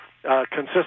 Consistent